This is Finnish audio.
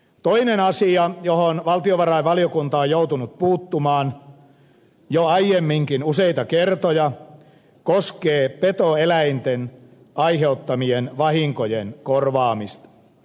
toinen asia johon valtiovarainvaliokunta on joutunut puuttumaan jo aiemminkin useita kertoja koskee petoeläinten aiheuttamien vahinkojen korvaamista